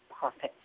perfect